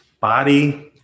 body